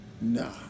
Nah